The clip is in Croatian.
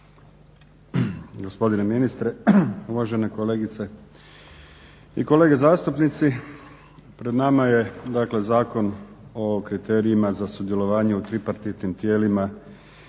(SDP)** Poštovani gospođe i gospodo zastupnici. Pred vama je Zakon o kriterijima za sudjelovanje u tripartitnim tijelima